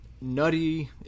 nutty